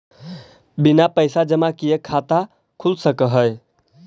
बिना पैसा जमा किए खाता खुल सक है?